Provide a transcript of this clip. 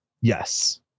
Yes